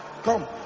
Come